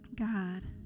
God